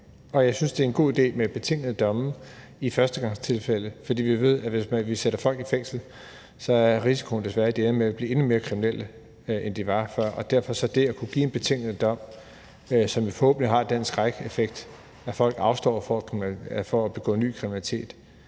og jeg synes, det er en god idé med betingede domme i førstegangstilfælde, fordi vi ved, at hvis vi sætter folk i fængsel, er risikoen desværre, at de ender med at blive endnu mere kriminelle, end de var før. Derfor handler det at kunne give en betinget dom, som forhåbentlig har en skrækeffekt, bl.a. om, at folk afstår fra at begå ny kriminalitet.